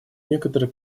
некоторый